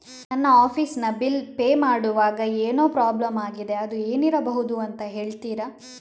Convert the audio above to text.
ನನ್ನ ಆಫೀಸ್ ನ bill pay ಮಾಡ್ವಾಗ ಏನೋ ಪ್ರಾಬ್ಲಮ್ ಆಗಿದೆ ಅದು ಏನಿರಬಹುದು ಅಂತ ಹೇಳ್ತೀರಾ?